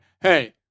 hey